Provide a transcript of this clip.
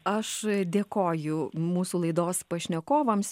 aš dėkoju mūsų laidos pašnekovams